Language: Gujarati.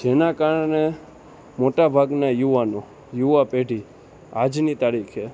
જેના કારણે મોટા ભાગના યુવાનો યુવા પેઢી આજની તારીખે